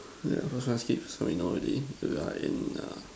yeah so sometimes keep yeah we know already we are in err